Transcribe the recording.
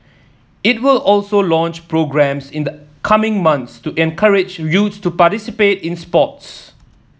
it will also launch programmes in the coming months to encourage youths to participate in sports